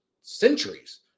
centuries